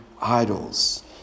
idols